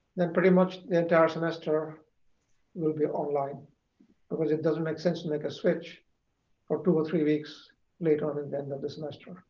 then pretty much the entire semester will be online because it doesn't make sense to make a switch for two or three weeks later on in ah the semester. ah